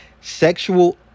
sexual